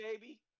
baby